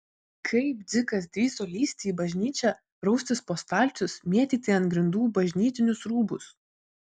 kaip dzikas drįso lįsti į bažnyčią raustis po stalčius mėtyti ant grindų bažnytinius rūbus